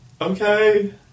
Okay